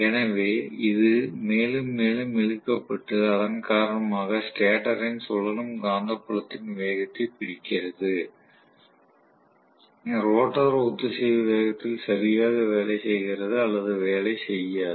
எனவே இது மேலும் மேலும் இழுக்கப்பட்டு அதன் காரணமாக ஸ்டேட்டரின் சுழலும் காந்தப்புலத்தின் வேகத்தை பிடிக்கிறது ரோட்டார் ஒத்திசைவு வேகத்தில் சரியாக வேலை செய்கிறது அல்லது வேலை செய்யாது